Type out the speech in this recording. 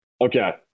Okay